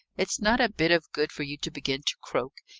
it's not a bit of good for you to begin to croak!